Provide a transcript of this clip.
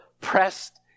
pressed